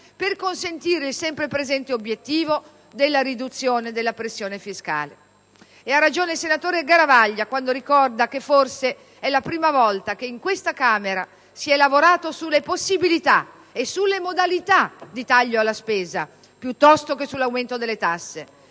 per consentire il sempre presente obiettivo della riduzione della pressione fiscale. Ha ragione il senatore Massimo Garavaglia quando ricorda che forse è la prima volta che in questa Camera si è lavorato sulle possibilità e sulle modalità di taglio alla spesa, piuttosto che sull'aumento delle tasse.